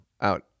out